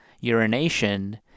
urination